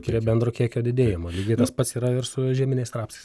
prie bendro kiekio didėjimo lygiai tas pats yra ir su žieminiais rapsais